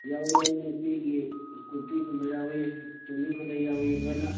ꯌꯥꯎꯏ ꯌꯥꯎꯏ ꯅꯨꯄꯤꯒꯤ ꯀꯨꯔꯇꯤꯒꯨꯝꯕ ꯌꯥꯎꯏ ꯆꯨꯅꯤ ꯈꯨꯗꯩ ꯌꯥꯎꯏ ꯂꯣꯏꯅ